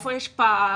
איפה יש פער,